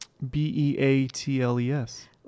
B-E-A-T-L-E-S